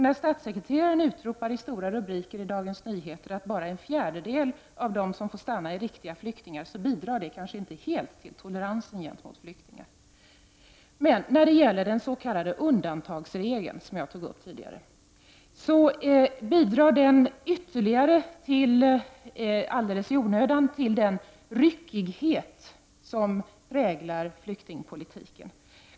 När statssekreteraren utropar i stora rubriker i Dagens Nyheter att bara en fjärdedel av dem som får stanna är riktiga flyktingar, bidrar det kanske inte helt till toleransen gentemot flyktingar. Jag tog tidigare upp frågan om den s.k. undantagsregeln. Den bidrar ytterligare alldeles i onödan till den ryckighet som präglar flyktingpolitiken.